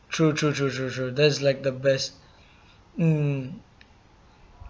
true true true true true that's like the best mm